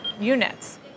units